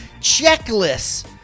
checklists